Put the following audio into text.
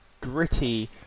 gritty